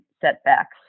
setbacks